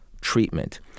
treatment